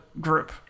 group